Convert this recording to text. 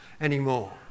anymore